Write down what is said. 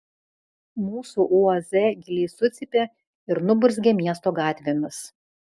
mūsų uaz gailiai sucypė ir nuburzgė miesto gatvėmis